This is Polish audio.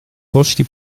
poszli